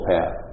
Path